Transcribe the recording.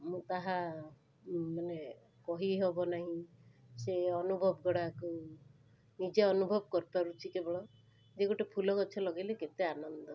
ମୁଁ ତାହା ମାନେ କହିହେବ ନାହିଁ ସେ ଅନୁଭବ ଗୁଡ଼ାକୁ ନିଜେ ଅନୁଭବ କରିପାରୁଛି କେବଳ ଯେ ଗୋଟେ ଫୁଲଗଛ ଲଗାଇଲେ କେତେ ଆନନ୍ଦ